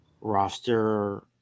roster